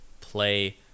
play